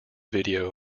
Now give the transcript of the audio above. video